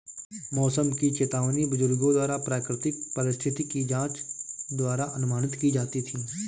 मौसम की चेतावनी बुजुर्गों द्वारा प्राकृतिक परिस्थिति की जांच द्वारा अनुमानित की जाती थी